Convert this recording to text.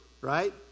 right